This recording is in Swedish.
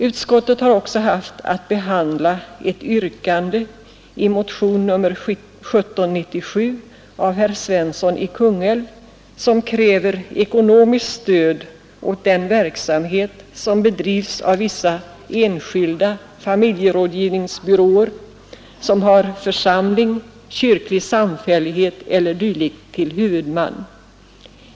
Utskottet har också haft att behandla ett yrkande i motionen 1797 av herr Svensson i Kungälv som kräver ekonomiskt stöd åt den verksamhet som bedrivs av vissa enskilda familjerådgivningsbyråer, som har församling, kyrklig samfällighet e. d. till huvudman.